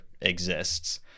exists